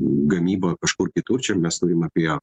gamybą kažkur kitur čia mes turim apie